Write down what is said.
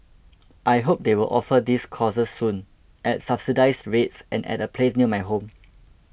I hope they will offer these courses soon at subsidised rates and at a place near my home